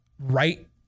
right